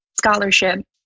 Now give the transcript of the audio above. scholarship